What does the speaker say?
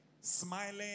smiling